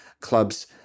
club's